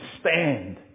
stand